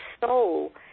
soul